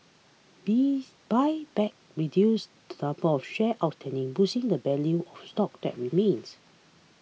be buybacks reduce the number of shares outstanding boosting the value of stock that remains